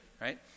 right